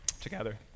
together